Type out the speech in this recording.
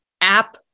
app